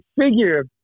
figure